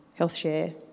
HealthShare